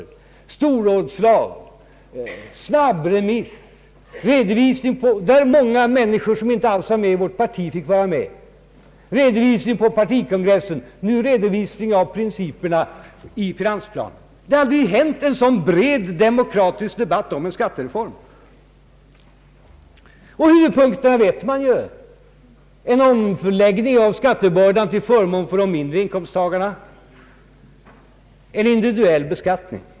Det har varit storrådslag, snabbremiss och redovisning, där många människor som inte alls tillhörde vårt parti fick vara med, redovisning på partikongressen, och nu redovisning av principerna i finansplanen. Det har aldrig tidigare förekommit en så bred demokratisk debatt om en skattereform. Huvudpunkterna vet man ju — en omfördelning av skattebördan till förmån för de mindre inkomsttagarna, en individuell beskattning.